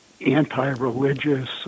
anti-religious